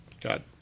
God